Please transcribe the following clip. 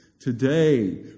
today